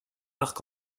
arc